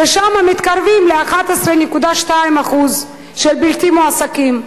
ששם מתקרבים ל-11.2% של בלתי מועסקים.